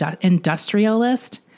industrialist